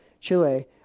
Chile